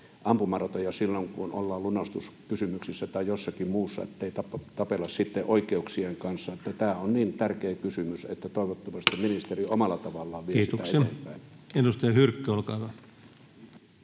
ampumaratoja silloin, kun ollaan lunastuskysymyksissä tai jossakin muussa, ettei tapella sitten oikeuksien kanssa. Tämä on niin tärkeä kysymys, että toivottavasti ministeri omalla tavallaan vie [Puhemies: Kiitoksia!] sitä eteenpäin. Edustaja Hyrkkö, olkaa hyvä.